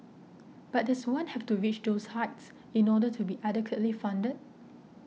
but does one have to reach those heights in order to be adequately funded